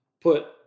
put